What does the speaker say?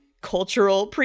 cultural